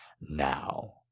now